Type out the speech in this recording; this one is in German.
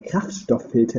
kraftstofffilter